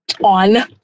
on